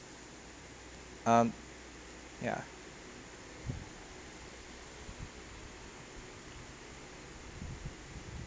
mm yeah